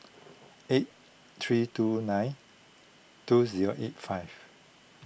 eight three two nine two zero eight five